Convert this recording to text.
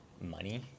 money